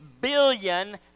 billion